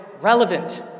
relevant